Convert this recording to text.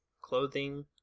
clothing